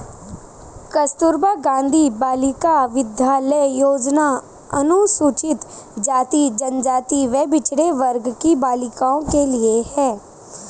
कस्तूरबा गांधी बालिका विद्यालय योजना अनुसूचित जाति, जनजाति व पिछड़े वर्ग की बालिकाओं के लिए है